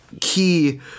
key